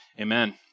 Amen